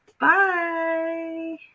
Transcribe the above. Bye